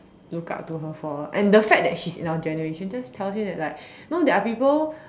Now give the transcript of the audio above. look up to her for and the fact that she's in our generation just tells you that like know there are people